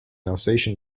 alsatian